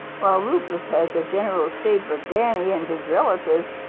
while rufous has the general shape of danny and his relatives,